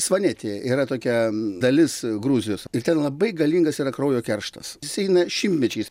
svanetija yra tokia dalis gruzijos ir ten labai galingas yra kraujo kerštas jisai eina šimtmečiais